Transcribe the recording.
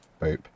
Boop